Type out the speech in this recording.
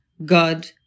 God